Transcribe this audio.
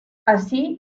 así